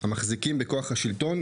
המחזיקים בכוח השלטון,